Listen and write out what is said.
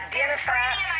identify